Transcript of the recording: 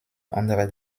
andere